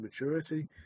maturity